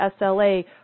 SLA